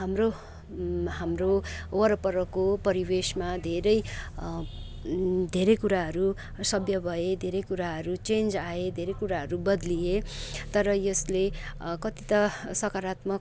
हाम्रो हाम्रो वरपरको परिवेशमा धेरै धेरै कुराहरू सभ्य भए धेरै कुराहरू चेन्ज आए धेरै कुराहरू बद्लिए तर यसले कति त सकारात्मक